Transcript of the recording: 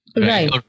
Right